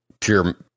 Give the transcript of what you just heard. pure